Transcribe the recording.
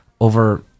over